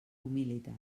humilitat